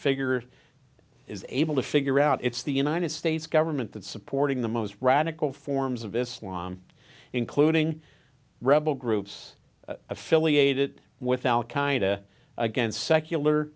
figure is able to figure out it's the united states government that's supporting the most radical forms of islam including rebel groups affiliated with al qaeda against secular